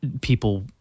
people